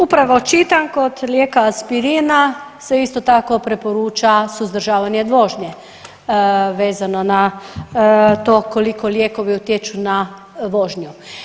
Upravo čitam kod lijeka Aspirina se isto tako preporuča suzdržavanje od vožnje vezano na to koliko lijekovi utječu na vožnju.